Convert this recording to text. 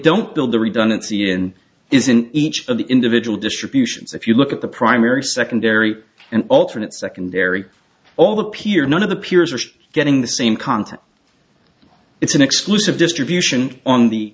don't build the redundancy and is in each of the individual distributions if you look at the primary secondary and alternate secondary all the peer none of the peers are getting the same content it's an exclusive distribution on the